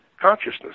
consciousness